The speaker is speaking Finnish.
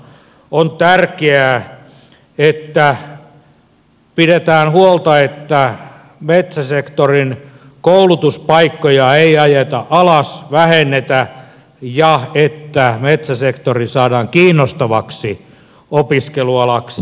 on tärkeää että pidetään huolta että metsäsektorin koulutuspaikkoja ei ajeta alas vähennetä ja että metsäsektori saadaan kiinnostavaksi opiskelualaksi